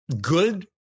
good